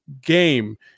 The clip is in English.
game